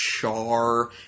char